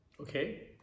okay